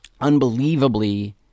Unbelievably